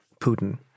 Putin